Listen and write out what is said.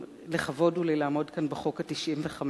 לכבוד הוא לי לעמוד כאן בחוק ה-95,